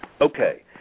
Okay